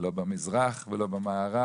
לא במזרח ולא במערב,